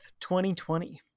2020